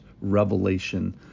revelation